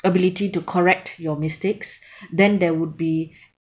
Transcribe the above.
ability to correct your mistakes then there would be